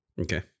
Okay